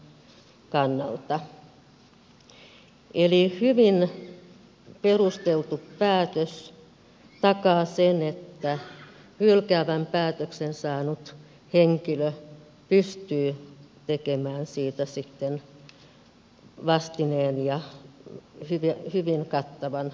hyvin perusteltu päätös takaa sen että hylkäävän päätöksen saanut henkilö pystyy tekemään siitä sitten vastineen ja hyvin kattavan valituksen